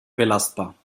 belastbar